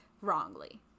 Wrongly